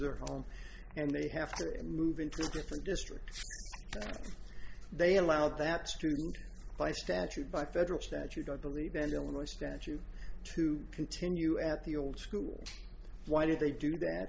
their home and they have to move into different districts they allow that street by statute by federal statute i believe and illinois statute to continue at the old school why did they do that